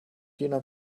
jener